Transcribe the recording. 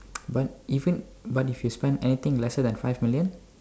but even but if you spend anything lesser than five million